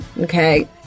Okay